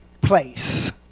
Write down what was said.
place